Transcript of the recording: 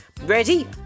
Ready